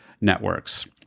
networks